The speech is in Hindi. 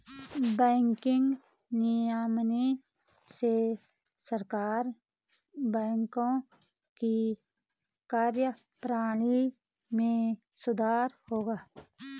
बैंकिंग विनियमन से सहकारी बैंकों की कार्यप्रणाली में सुधार होगा